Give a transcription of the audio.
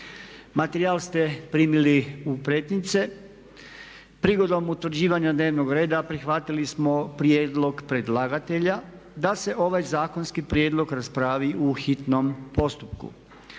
Materijal ste primili u pretince. Prigodom utvrđivanja dnevnog reda prihvatili smo prijedlog predlagatelja da se ovaj zakonski prijedlog raspravi u hitnom postupku.